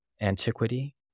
antiquity